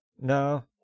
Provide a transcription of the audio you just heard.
no